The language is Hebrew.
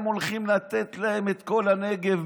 הם הולכים לתת להם את כל הנגב,